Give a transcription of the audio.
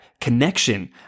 connection